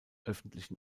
öffentlichen